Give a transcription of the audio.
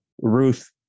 Ruth